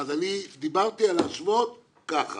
אז אני דיברתי על להשוות ככה.